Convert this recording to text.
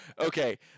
okay